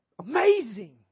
amazing